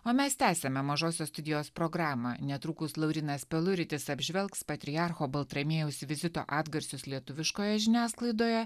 o mes tęsiame mažosios studijos programą netrukus laurynas peluritis apžvelgs patriarcho baltramiejaus vizito atgarsius lietuviškoje žiniasklaidoje